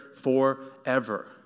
forever